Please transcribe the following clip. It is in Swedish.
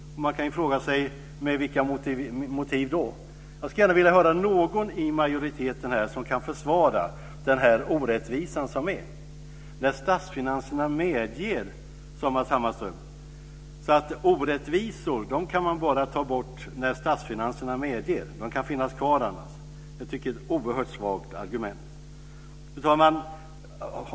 Med vilka motiv? kan man fråga sig. Jag skulle vilja höra om någon i majoriteten kan försvara den orättvisa som här råder. När statsfinanserna medger, sade Matz Hammarström. Orättvisor kan man tydligen ta bort endast när statsfinanserna medger det - annars kan de finnas kvar. Det är, tycker jag, ett oerhört svagt argument. Fru talman!